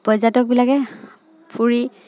পৰ্যটকবিলাকে ফুৰি